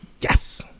Yes